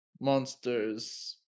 monsters